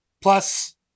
plus